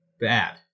Bad